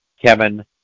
Kevin